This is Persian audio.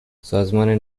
سازمان